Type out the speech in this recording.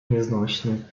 nieznośny